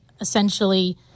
essentially